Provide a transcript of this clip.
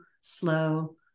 slow